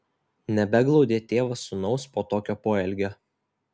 nebeglaudė tėvas sūnaus po tokio poelgio